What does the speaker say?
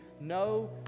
no